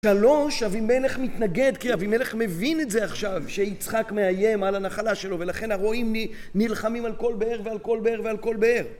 שלוש, אבי מלך מתנגד, כי אבי מלך מבין את זה עכשיו, שיצחק מאיים על הנחלה שלו, ולכן הרואים נלחמים על כל באר ועל כל באר ועל כל באר.